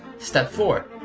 step four.